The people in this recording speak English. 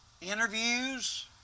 interviews